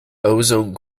ozone